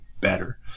better